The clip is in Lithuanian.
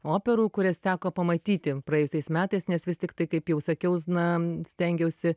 operų kurias teko pamatyti praėjusiais metais nes vis tiktai kaip jau sakiau na stengiausi